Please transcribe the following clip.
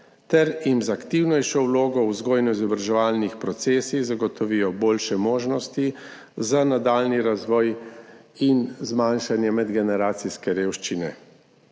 ter jim z aktivnejšo vlogo v vzgojno-izobraževalnih procesih zagotovijo boljše možnosti za nadaljnji razvoj in zmanjšanje medgeneracijske revščine.